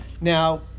Now